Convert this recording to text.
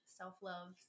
self-love